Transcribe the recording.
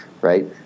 right